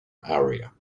area